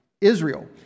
Israel